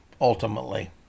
Ultimately